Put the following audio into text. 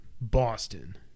Boston